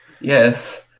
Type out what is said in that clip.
Yes